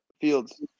Fields